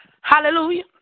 Hallelujah